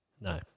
No